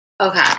Okay